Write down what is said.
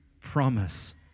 promise